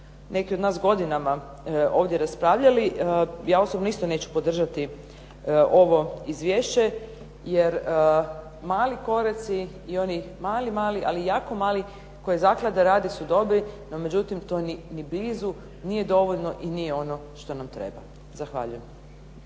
neki od nas, godinama ovdje raspravljali, ja osobno isto neću podržati ovo izvješće, jer mali koraci i oni mali, mali, ali jako mali koje zaklada radi su dobri, no međutim to ni blizu nije dovoljno i nije ono što nam treba. Zahvaljujem.